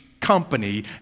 company